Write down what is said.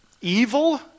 evil